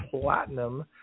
platinum